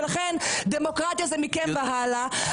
ולכן, דמוקרטיה זה מכם והלאה.